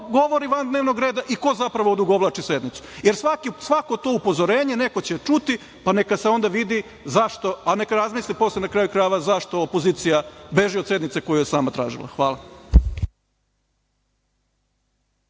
govori van dnevnog reda i ko zapravo odugovlači sednicu. Svako to upozorenje neko će čuti, pa neka se onda vidi. Posle neka razmisle na kraju, krajeva zašto opozicija beži od sednice koju je sama tražila. Hvala.